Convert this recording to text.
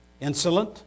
insolent